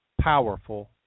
powerful